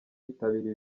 yitabira